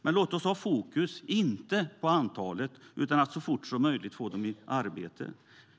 Men låt oss ha fokus inte på antalet utan på att så fort som möjligt få dem i arbete.